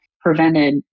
prevented